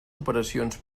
operacions